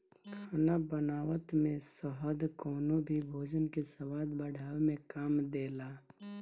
खाना बनावत में शहद कवनो भी भोजन के स्वाद बढ़ावे में काम देला